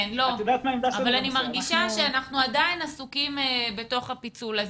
כן אבל אני מרגישה שאנחנו עדיין עסוקים בתוך הפיצול הזה.